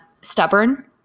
stubborn